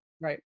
Right